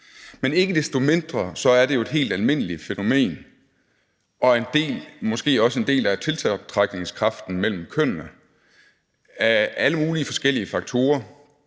Men ikke desto mindre er det jo et helt almindeligt fænomen og en del, måske også en del af tiltrækningskraften mellem kønnene, af alle mulige forskellige faktorer.